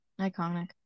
Iconic